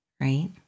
Right